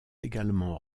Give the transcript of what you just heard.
également